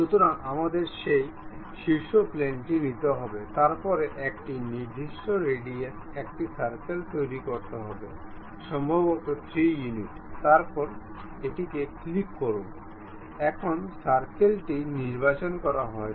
সুতরাং আমাদের সেই শীর্ষ প্লেনটি নিতে হবে তারপরে একটি নির্দিষ্ট রেডিয়াসের একটি সার্কেল তৈরি করতে হবে সম্ভবত 3 ইউনিট তারপরে ক্লিক করুন এখন সার্কেল টি নির্বাচন করা হয়েছে